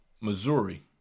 Missouri